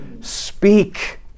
Speak